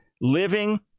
living